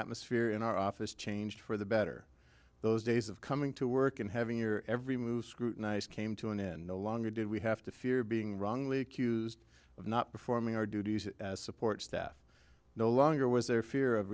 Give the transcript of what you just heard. atmosphere in our office changed for the better those days of coming to work and having your every move scrutinized came to an end no longer did we have to fear being wrongly accused of not performing our duties as support staff no longer was there fear of